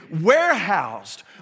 warehoused